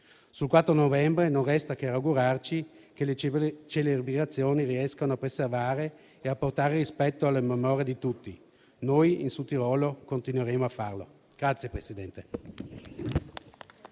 Sul 4 novembre non resta che augurarci che le celebrazioni riescano a preservare e a portare rispetto alla memoria di tutti. Noi in Sud Tirolo continueremo a farlo.